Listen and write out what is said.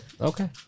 okay